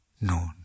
known